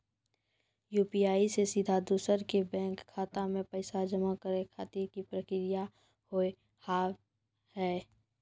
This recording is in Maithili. यु.पी.आई से सीधा दोसर के बैंक खाता मे पैसा जमा करे खातिर की प्रक्रिया हाव हाय?